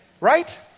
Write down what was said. right